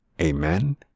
Amen